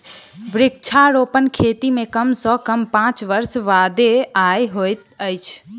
वृक्षारोपण खेती मे कम सॅ कम पांच वर्ष बादे आय होइत अछि